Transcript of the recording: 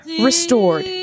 restored